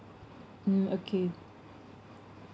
mm okay